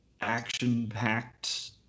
action-packed